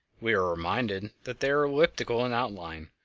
we are reminded that they are elliptical in outline,